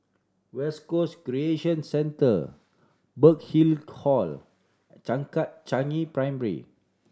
West Coast Recreation Centre Burhill Call and Changkat Primary